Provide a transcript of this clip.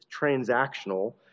transactional